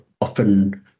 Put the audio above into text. often